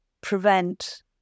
prevent